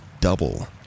double